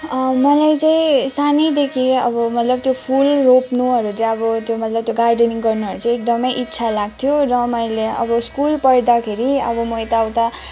मलाई चाहिँ सानैदेखि अब मतलब त्यो फुल रोप्नुहरू चाहिँ अब त्यो मतलब त्यो गार्डनिङ गर्नुहरू चाहिँ एकदमै इच्छा लाग्थ्यो र मैले अब स्कुल पढ्दाखेरि अब म यता उता